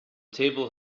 table